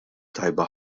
tajba